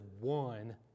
one